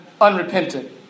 unrepentant